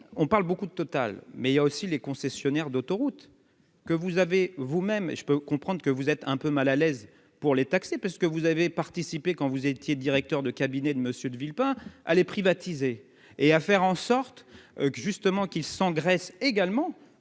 on parle beaucoup de Total, mais il y a aussi les concessionnaires d'autoroutes que vous avez vous-même, et je peux comprendre que vous êtes un peu mal à l'aise pour les taxer, parce que vous avez participé quand vous étiez directeur de cabinet de Monsieur de Villepin allait privatiser et à faire en sorte que justement qu'qui s'engraissent également